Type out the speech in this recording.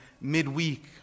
midweek